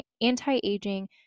anti-aging